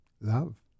love